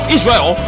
Israel